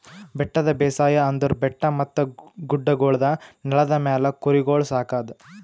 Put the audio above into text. ಬೆಟ್ಟದ ಬೇಸಾಯ ಅಂದುರ್ ಬೆಟ್ಟ ಮತ್ತ ಗುಡ್ಡಗೊಳ್ದ ನೆಲದ ಮ್ಯಾಲ್ ಕುರಿಗೊಳ್ ಸಾಕದ್